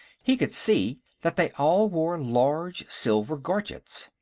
he could see that they all wore large silver gorgets.